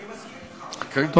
אני מסכים אתך, אבל לא אנחנו.